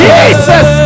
Jesus